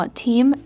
team